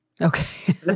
Okay